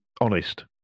honest